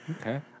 Okay